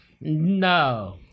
No